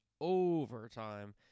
overtime